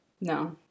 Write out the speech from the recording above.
No